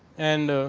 and